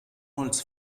holz